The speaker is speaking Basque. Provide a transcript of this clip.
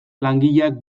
langileak